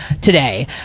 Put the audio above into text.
today